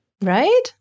Right